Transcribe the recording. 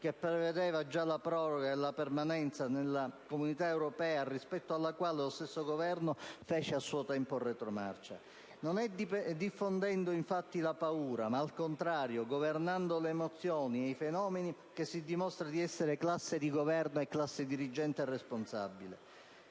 che prevedeva già la proroga della permanenza nei CIE, rispetto alla quale lo stesso Governo fece a suo tempo retromarcia. Infatti, non è diffondendo la paura ma - al contrario - governando le emozioni e i fenomeni che si dimostra di essere classe di governo e classe dirigente responsabile.